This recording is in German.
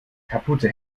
kaputte